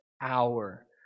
hour